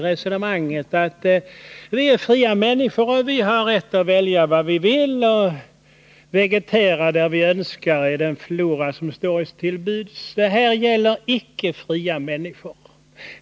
Resonemanget att vi är fria människor och att vi har rätt att välja vad vi vill och vegetera där vi önskar i den flora som står oss till buds är fullständigt felaktigt. Den här företeelsen gäller inte fria människor.